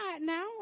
now